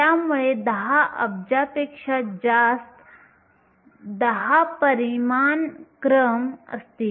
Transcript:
त्यामुळे 10 अब्जापेक्षा जास्त 10 परिमाण क्रम असतील